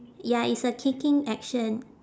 ya it's a kicking action